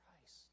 Christ